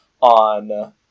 on